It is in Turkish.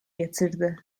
getirdi